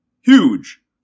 huge